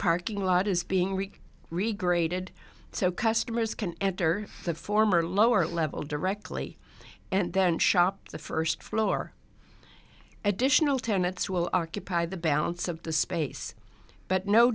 parking lot is being reached regraded so customers can enter the former lower level directly and then shop the first floor additional tenants will occupy the balance of the space but no